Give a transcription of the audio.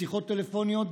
בשיחות טלפוניות,